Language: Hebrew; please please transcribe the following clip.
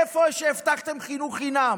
איפה מה שהבטחתם חינוך חינם?